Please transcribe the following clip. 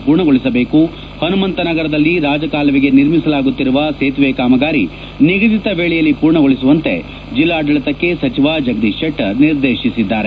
ಪನುಮಂತನ ನಗರದಲ್ಲಿ ರಾಜಕಾಲುವೆಗೆ ನಿರ್ಮಿಸಲಾಗುತ್ತಿರುವ ಸೇತುವೆ ಕಾಮಗಾರಿ ನಿಗದಿತ ವೇಳೆಯಲ್ಲಿ ಪೂರ್ಣಗೊಳಿಸುವಂತೆ ಜಿಲ್ಲಾಡಳಿತಕ್ಕೆ ಸಚಿವ ಜಗದೀಶ್ ಶೆಟ್ಟರ್ ನಿರ್ದೇಶಿಸಿದರು